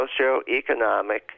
socioeconomic